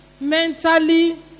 mentally